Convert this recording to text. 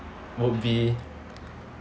would be